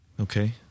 Okay